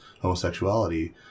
homosexuality